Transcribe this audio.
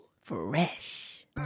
Fresh